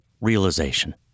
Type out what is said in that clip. realization